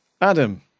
Adam